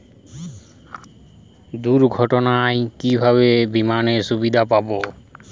দুর্ঘটনায় কিভাবে বিমার সুবিধা পাব?